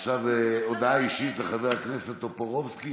עכשיו הודעה אישית לחבר הכנסת טופורובסקי.